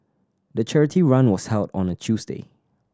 the charity run was held on a Tuesday